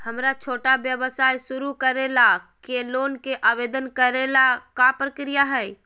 हमरा छोटा व्यवसाय शुरू करे ला के लोन के आवेदन करे ल का प्रक्रिया हई?